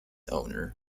owner